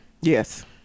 Yes